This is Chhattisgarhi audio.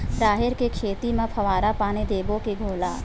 राहेर के खेती म फवारा पानी देबो के घोला?